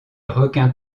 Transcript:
requin